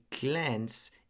glance